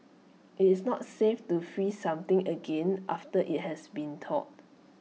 IT is not safe to freeze something again after IT has been thawed